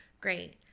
great